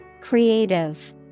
Creative